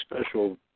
special